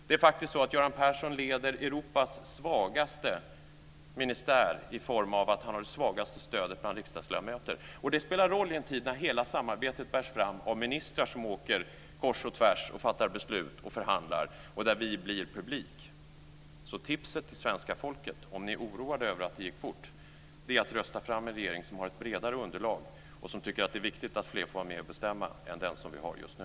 Göran Persson leder faktiskt Europas svagaste ministär i form av att han har det svagaste stödet bland riksdagsledamöterna. Det spelar roll i en tid när hela samarbetet bärs fram av ministrar som åker kors och tvärs och fattar beslut och förhandlar och vi blir publik. Så ett tips till svenska folket, om man är oroad över att det gick fort, är att rösta fram en regering som har ett bredare underlag och som tycker att det är viktigt att fler får vara med och bestämma än den som vi har just nu.